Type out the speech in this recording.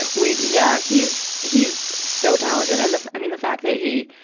ah we d, yeah. he's, he's so talented. and the fa, i mean the fact that he,